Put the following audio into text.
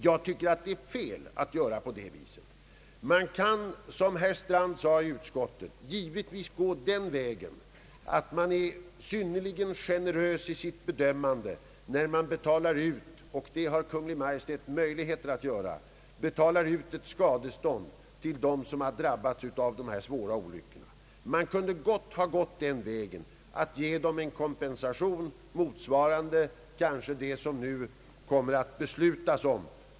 Jag tycker att det är fel att göra på det viset. Man kan, som herr Strand sade i utskottet, givetvis gå den vägen att man är synnerligen generös vid bedömningen av skadestånd till dem som drabbats av de svåra olyckorna — det har Kungl. Maj:t möjlighet att vara. Man kunde gott ha givit en kompensation som ersättning för olycksfall motsvarande den vi nu kommer att besluta.